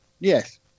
yes